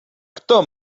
kto